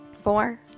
four